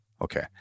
okay